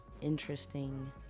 interesting